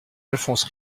alphonse